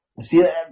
See